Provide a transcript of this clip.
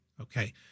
Okay